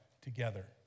together